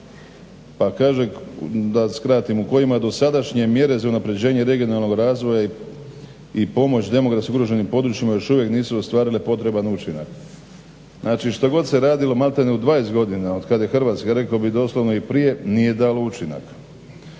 slika, da skratim, u kojima dosadašnje mjere za unapređenje regionalnog razvoja i pomoć demografski ugroženim područjima još uvijek nisu ostvarile potreban učinak. Znači što god se radilo malte ne u 20 godina od kada je Hrvatske rekao bih doslovno i prije nije dalo učinak.